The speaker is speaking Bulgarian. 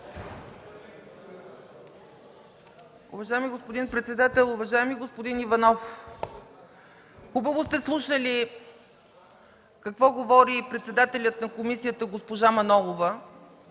Уважаеми господин председател, уважаеми господин Иванов! Хубаво сте слушали какво говори председателят на комисията госпожа Манолова,